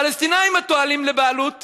הפלסטינים הטוענים לבעלות